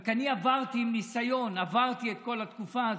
רק אני עם ניסיון, עברתי את כל התקופה הזאת.